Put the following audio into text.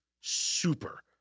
super